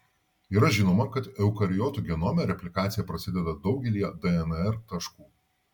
yra žinoma kad eukariotų genome replikacija prasideda daugelyje dnr taškų